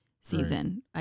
season